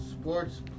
sports